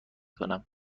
کنم